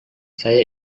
saya